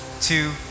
two